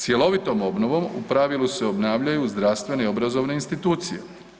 Cjelovitom obnovom u pravilu se obnavljaju zdravstvene i obrazovne institucije.